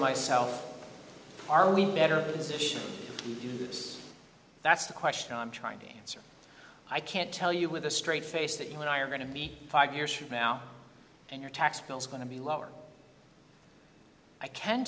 myself are we better position that's the question i'm trying to answer i can't tell you with a straight face that you and i are going to be five years from now and your tax bill is going to be lower i can